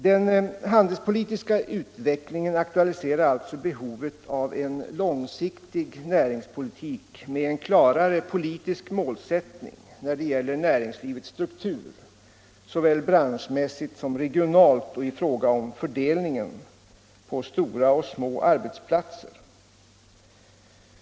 Den handelspolitiska utvecklingen aktualiserar alltså behovet av en långsiktig näringspolitik med en klarare politisk målsättning när det gäller näringslivets struktur såväl branschmässigt som regionalt och i fråga om fördelningen på stora och små arbetsplatser.